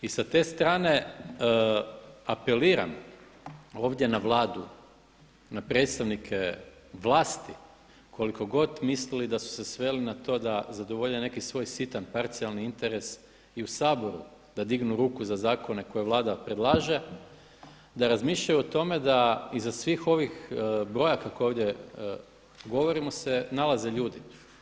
I sa te strane apeliram ovdje na Vladu, na predstavnike vlasti, koliko god mislili da su se sveli na to da zadovolje neki svoj sitan parcijalni interes i u Saboru da dignu ruku za zakone koje Vlada predlaže, da razmišljaju o tome da iza svih ovih brojaka koje ovdje govorimo se nalaze ljudi.